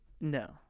No